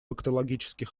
фактологический